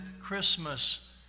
Christmas